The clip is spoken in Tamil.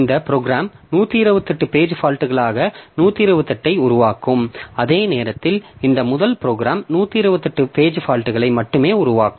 இந்த ப்ரோக்ராம் 128 பேஜ் ஃபால்ட்களாக 128 ஐ உருவாக்கும் அதே நேரத்தில் இந்த முதல் ப்ரோக்ராம் 128 பக்க தவறுகளை மட்டுமே உருவாக்கும்